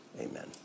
amen